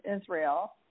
Israel